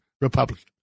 Republican